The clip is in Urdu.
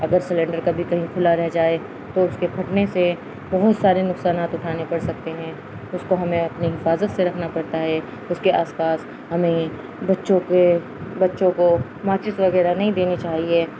اگر سلینڈر کبھی کہیں کھلا رہ جائے تو اس کے پھٹنے سے بہت سارے نقصانات اٹھانے پڑ سکتے ہیں اس کو ہمیں اپنی حفاظت سے رکھنا پڑتا ہے اس کے آس پاس ہمیں بچوں کے بچوں کو ماچز وغیرہ نہیں دینی چاہیے